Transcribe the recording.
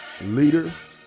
leaders